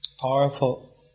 powerful